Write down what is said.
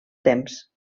temps